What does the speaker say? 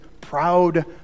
proud